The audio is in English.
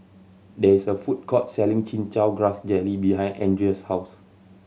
there is a food court selling Chin Chow Grass Jelly behind Andreas' house